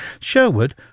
Sherwood